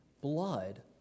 blood